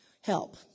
help